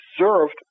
observed